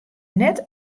net